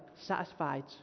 satisfied